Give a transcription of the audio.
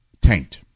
Taint